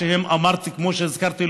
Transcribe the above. כמו שהזכרתי,